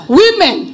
women